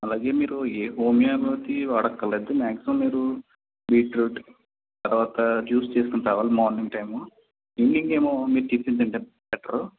అలాగే మీరు ఏ హోమియోపతీ వాడక్కర్లెదు మాక్సిమం మీరు బీట్రూట్ తరువాత జ్యూస్ చేసుకుని తాగాలి మార్నింగ్ టైము ఈవినింగ్ ఏమో మీరు టిఫన్ తింటే బెటరు